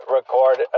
record